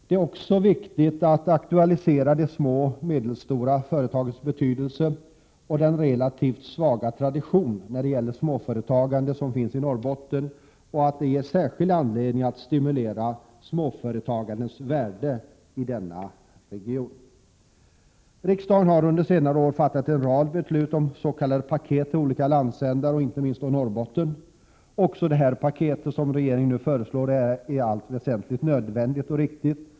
Det är också viktigt att aktualisera frågan om de små och medelstora företagens betydelse. Den relativt svaga traditionen när det gäller småföretagande som finns i Norrbotten ger särskild anledning att stimulera småföretagandet i denna region. Riksdagen har under senare år fattat en rad beslut om s.k. paket till olika landsändar och då inte minst till Norrbotten. Också det paket som regeringen nu föreslår är i allt väsentligt nödvändigt och riktigt.